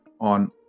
on